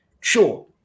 Sure